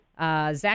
Zach